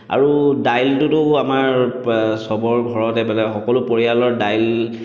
আৰু দাইলটোতো আমাৰ চবৰ ঘৰতে বেলেগ সকলো পৰিয়ালৰ দাইল